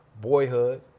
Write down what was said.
boyhood